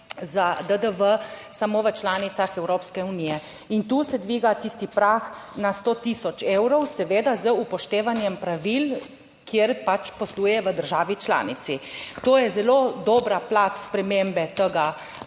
za DDV samo v članicah Evropske unije in tu se dviga tisti prag na 100 tisoč evrov, seveda, z upoštevanjem pravil, kjer pač posluje v državi članici. To je zelo dobra plat spremembe tega